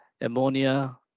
ammonia